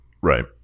Right